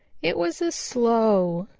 it was a slow,